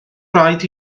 raid